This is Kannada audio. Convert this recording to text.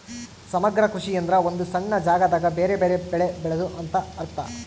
ಸಮಗ್ರ ಕೃಷಿ ಎಂದ್ರ ಒಂದು ಸಣ್ಣ ಜಾಗದಾಗ ಬೆರೆ ಬೆರೆ ಬೆಳೆ ಬೆಳೆದು ಅಂತ ಅರ್ಥ